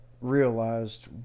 realized